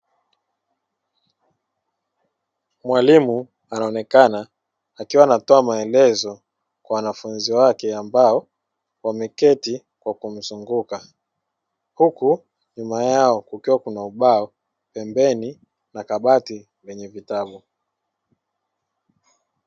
Mwalimu anaonekana akiwa anatoa maelezo kwa wanafunzi wake ambao wameketi kwa kumzunguka huku nyuma yao kukiwa kuna ubao pembeni na kabati lenye vitabu.